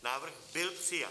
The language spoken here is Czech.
Návrh byl přijat.